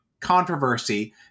controversy